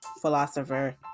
philosopher